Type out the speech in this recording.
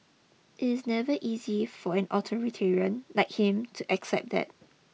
it's never easy for an authoritarian like him to accept that